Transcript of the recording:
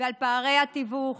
ועל פערי התיווך.